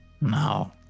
Now